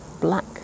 black